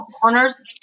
corners